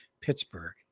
Pittsburgh